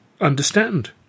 understand